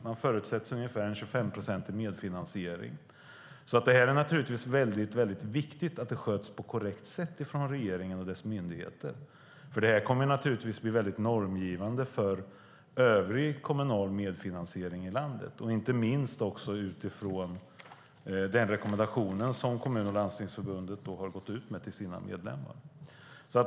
Man förutsätter ungefär en 25-procentig medfinansiering. Det är viktigt att detta sköts på ett korrekt sätt från regeringen och dess myndigheter, för det här kommer att bli normgivande för övrig kommunal medfinansiering i landet. Inte minst gäller detta utifrån den rekommendation som Kommun och landstingsförbundet har gått ut med till sina medlemmar.